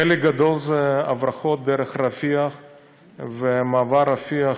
חלק גדול זה הברחות דרך רפיח ומעבר רפיח.